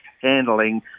handling